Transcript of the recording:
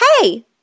hey